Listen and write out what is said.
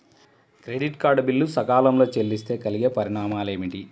Credit card bill సకాలంలో చెల్లిస్తే కలిగే పరిణామాలేమిటి?